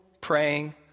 praying